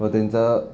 व त्यांचा